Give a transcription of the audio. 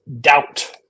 Doubt